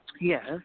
Yes